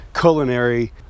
culinary